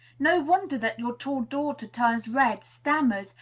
no wonder that your tall daughter turns red, stammers,